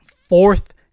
fourth